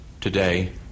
Today